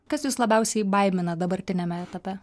kas jus labiausiai baimina dabartiniame etape